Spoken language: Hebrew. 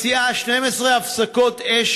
מציעה 12 הפסקות אש,